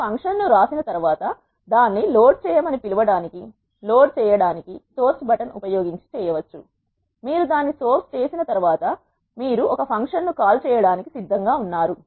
మీరు ఫంక్షన్ను వ్రాసిన తర్వాత దాన్ని లోడ్ చేయమని పిలవటానికి లోడ్ చేయడానికి సోర్స్ బటన్ ఉపయోగించి చేయవచ్చు మీరు దాన్ని సోర్స్ చేసిన తర్వాత మీరు ఒక ఫంక్షన్ను కాల్ చేయడానికి సిద్ధంగా ఉన్నారు